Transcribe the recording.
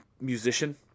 musician